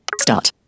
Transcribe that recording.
Start